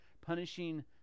punishing